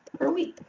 per week.